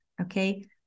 Okay